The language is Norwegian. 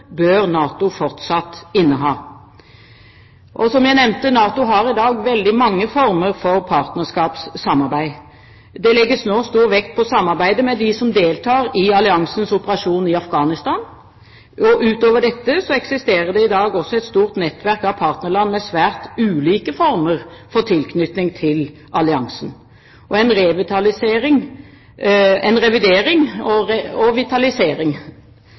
bør NATO fortsatt inneha. Som jeg nevnte, har NATO i dag veldig mange former for partnerskapssamarbeid. Det legges nå stor vekt på samarbeidet med dem som deltar i alliansens operasjon i Afghanistan. Utover dette eksisterer det i dag også et stort nettverk av partnerland med svært ulike former for tilknytning til alliansen. En revidering og